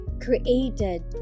created